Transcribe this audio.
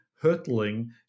hurtling